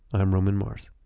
i'm roman mars